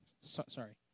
Sorry